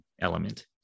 element